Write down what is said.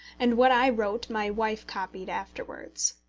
and what i wrote my wife copied afterwards.